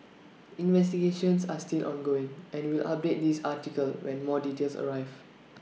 investigations are still ongoing and we'll update this article when more details arrive